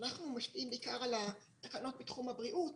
אנחנו משפיעים בעיקר על התקנות בתחום הבריאות,